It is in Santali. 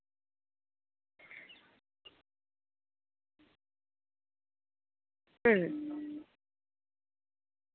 ᱦᱩᱸ